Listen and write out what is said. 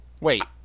Wait